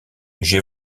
j’ai